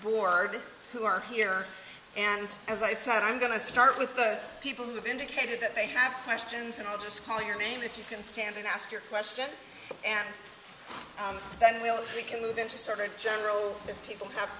board who are here and as i said i'm going to start with the people who have indicated that they have questions and i'll just call your name if you can stand and ask your question and then we'll we can move into server general that people have